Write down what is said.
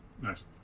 nice